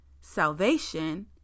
salvation